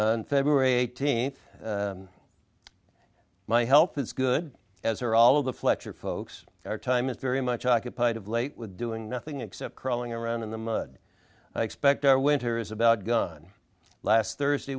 baggage february eighteenth my health is good as are all of the flexor folks our time is very much occupied of late with doing nothing except crawling around in the mud i expect our winter is about gun last thursday